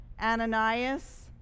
Ananias